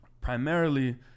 primarily